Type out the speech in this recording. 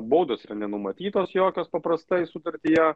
baudos nenumatytos jokios paprastai sutartyje